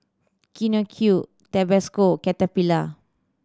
Tabasco Caterpillar